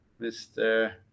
mr